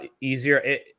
easier